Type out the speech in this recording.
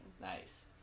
nice